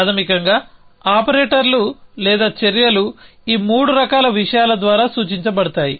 ప్రాథమికంగా ఆపరేటర్లు లేదా చర్యలు ఈ మూడు రకాల విషయాల ద్వారా సూచించబడతాయి